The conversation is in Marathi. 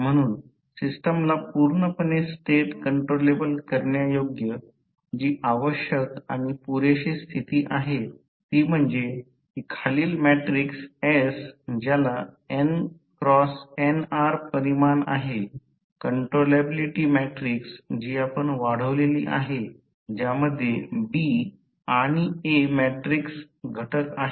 म्हणून सिस्टमला पूर्णपणे स्टेट कंट्रोलेबल करण्यायोग्य जी आवश्यक आणि पुरेशी स्थिती आहे ती म्हणजे की खालील मॅट्रिक्स S ज्याला n×nr परिमाण आहे कंट्रोलेबिलिटी मॅट्रिक्स जी आपण वाढवलेली आहेत ज्यामध्ये B आणि A मॅट्रिक्स घटक आहेत